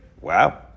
Wow